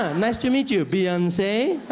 ah nice to meet you beyonce.